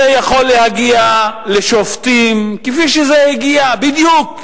זה יכול להגיע לשופטים, כפי שזה הגיע, בדיוק,